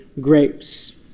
grapes